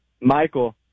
Michael